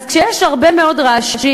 אז כשיש הרבה מאוד רעשים,